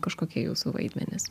kažkokie jūsų vaidmenys